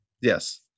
Yes